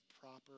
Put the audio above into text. proper